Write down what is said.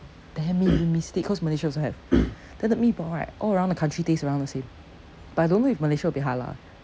damn it we missed it cause malaysia also have then the meatball right all around the country taste around the same but I don't know if malaysia will be halal